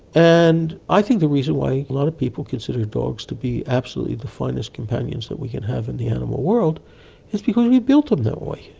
and i think the reason why a lot of people consider dogs to be absolutely the finest companions that we can have in the animal world is because we built them that way.